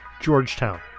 Georgetown